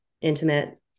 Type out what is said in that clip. intimate